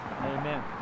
Amen